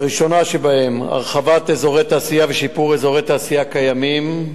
הראשון שבהם הרחבת אזורי תעשייה ושיפור אזורי תעשייה קיימים,